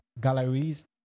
galleries